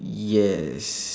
yes